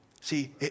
See